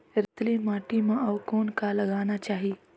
रेतीली माटी म अउ कौन का लगाना चाही?